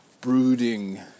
brooding